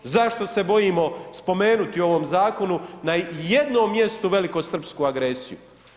Zašto se bojimo spomenuti u ovom zakonu na ijednom mjestu velikosrpsku agresiju?